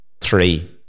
three